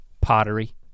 pottery